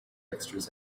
extras